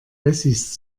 wessis